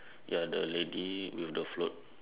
ya the lady with the float